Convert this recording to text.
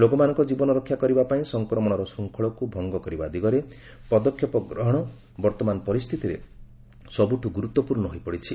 ଲୋକମାନଙ୍କ ଜୀବନ ରକ୍ଷା କରିବା ପାଇଁ ସଂକ୍ରମଣର ଶୃଙ୍ଖଳକୁ ଭଙ୍ଗ କରିବା ଦିଗରେ ପଦକ୍ଷେପ ଗ୍ରହଣ ବର୍ତ୍ତମାନ ପରିସ୍ଥିତିରେ ସବୁଠୁ ଗୁରୁତ୍ୱପୂର୍ଣ୍ଣ ହୋଇପଡ଼ିଛି